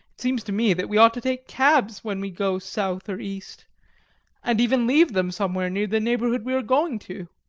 it seems to me that we ought to take cabs when we go south or east and even leave them somewhere near the neighbourhood we are going to.